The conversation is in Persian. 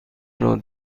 نوع